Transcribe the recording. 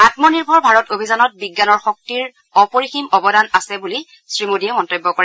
আমনিৰ্ভৰ ভাৰত অভিযানত বিজ্ঞানৰ শক্তিৰ অপৰিসীম অৱদান আছে বুলিও শ্ৰীমোদীয়ে মন্তব্য কৰে